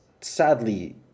sadly